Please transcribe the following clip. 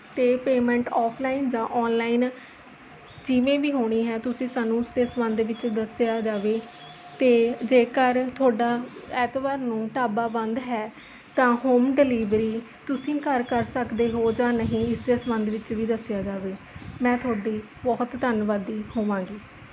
ਅਤੇ payment offline ਜਾਂ online ਜਿਵੇਂ ਵੀ ਹੋਣੀ ਹੈ ਤੁਸੀਂ ਸਾਨੂੰ ਉਸਦੇ ਸਬੰਧ ਵਿੱਚ ਦੱਸਿਆ ਜਾਵੇ ਅਤੇ ਜੇਕਰ ਤੁਹਾਡਾ ਐਤਵਾਰ ਨੂੰ ਢਾਬਾ ਬੰਦ ਹੈ ਤਾਂ ਹੋਮ ਡਿਲੀਵਰੀ ਤੁਸੀਂ ਘਰ ਕਰ ਸਕਦੇ ਹੋ ਜਾਂ ਨਹੀਂ ਇਸਦੇ ਸੰਬੰਧ ਵਿੱਚ ਵੀ ਦੱਸਿਆ ਜਾਵੇ ਮੈਂ ਤੁਹਾਡੀ ਬਹੁਤ ਧੰਨਵਾਦੀ ਹੋਵਾਂਗੀ